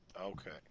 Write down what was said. Okay